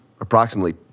approximately